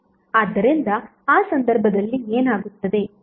ಆದ್ದರಿಂದ ಆ ಸಂದರ್ಭದಲ್ಲಿ ಏನಾಗುತ್ತದೆ